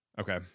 Okay